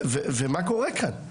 ומה קורה כאן?